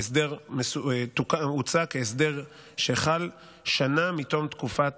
ההסדר הוצע כהסדר שחל שנה מתום תקופת